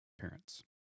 parents